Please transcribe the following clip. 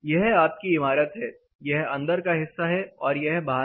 यह आपकी इमारत है यह अंदर का हिस्सा है और यह बाहर का